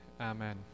amen